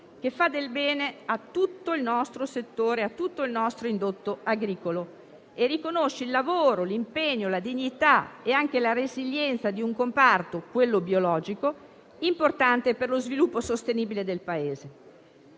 che fa del bene a tutto il nostro indotto agricolo e riconosce il lavoro, l'impegno, la dignità e anche la resilienza di un comparto, quello biologico, importante per lo sviluppo sostenibile del Paese.